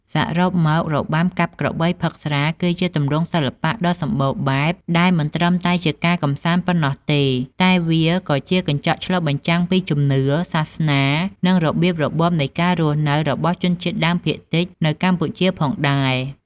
សរុបមក របាំកាប់ក្របីផឹកស្រា គឺជាទម្រង់សិល្បៈដ៏សម្បូរបែប ដែលមិនត្រឹមតែជាការកម្សាន្តប៉ុណ្ណោះទេ តែវាក៏ជាកញ្ចក់ឆ្លុះបញ្ចាំងពីជំនឿ សាសនា និងរបៀបរបបនៃការរស់នៅរបស់ជនជាតិដើមភាគតិចនៅកម្ពុជាផងដែរ។